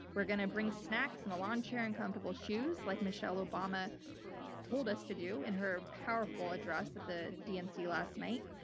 we're going to bring snacks and a lawn chair and comfortable shoes like michelle obama told us to do in her powerful address at the dnc last night.